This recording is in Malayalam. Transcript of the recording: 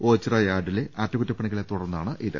ഓച്ചിറ യാർഡിലെ അറ്റകുറ്റപണി കളെ തുടർന്നാണിത്